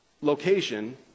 location